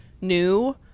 new